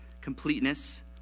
completeness